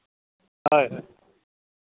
ᱦᱳᱭ ᱦᱳᱭ